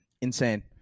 insane